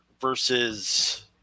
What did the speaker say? versus